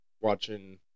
watching